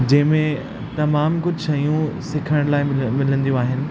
जंहिंमें तमामु कुझु शयूं सिखण लाइ मिलनि मिलंदियूं आहिनि